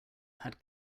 had